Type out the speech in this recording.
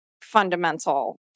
fundamental